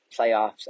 playoffs